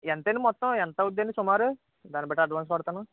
ఎంతండి మొత్తం ఎంతవుతుందండి సుమారు దాన్నిబట్టి అడ్వాన్స్ కొడతాను